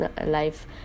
life